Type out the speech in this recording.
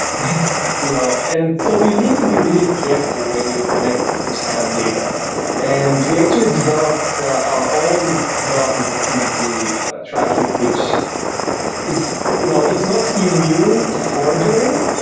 you know and so you need to be really careful when you collect such kind of data and we actually developed our own development activity tracking, which is you know it's not immune to forgering,